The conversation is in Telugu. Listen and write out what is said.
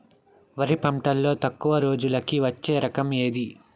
వరి పంటలో తక్కువ రోజులకి వచ్చే రకం ఏది?